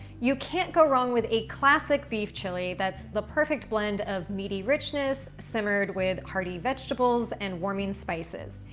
you can't go wrong with a classic beef chili that's the perfect blend of meaty richness, simmered with hearty vegetables and warming spices.